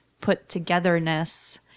put-togetherness